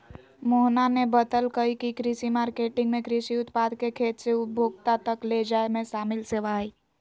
मोहना ने बतल कई की कृषि मार्केटिंग में कृषि उत्पाद के खेत से उपभोक्ता तक ले जाये में शामिल सेवा हई